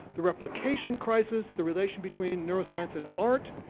the replication crisis, the relation between neuroscience and art,